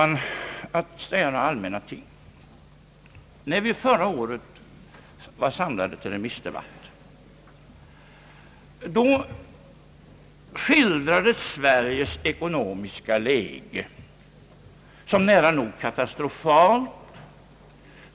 När vi förra året var samlade till remissdebatt, skildrades Sveriges ekonomiska läge av oppositionen som nära nog katastrofalt.